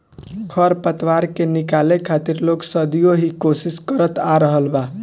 खर पतवार के निकाले खातिर लोग सदियों ही कोशिस करत आ रहल बा